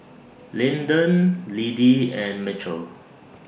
Linden Liddie and Mitchel